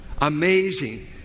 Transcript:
Amazing